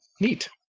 neat